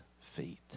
feet